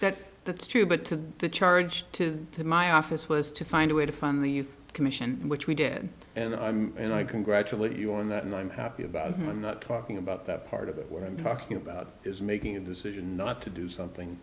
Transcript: that that's true but to the charge to to my office was to find a way to fund the youth commission which we did and i'm and i congratulate you on that and i'm happy about it i'm not talking about that part of it what i'm talking about is making a decision not to do something